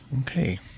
Okay